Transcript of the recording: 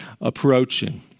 approaching